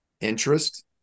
interest